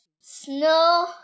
snow